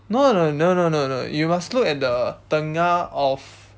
no no no no no you must look at the tengah of